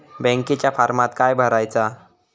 बँकेच्या फारमात काय भरायचा?